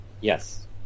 Yes